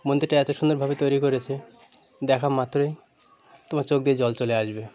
মন্দিরটা এতো সুন্দরভাবে তৈরি করেছে দেখার মাত্রই তোমার চোখ দিয়ে জল চলে আসবে